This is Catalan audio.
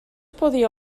podia